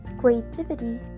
creativity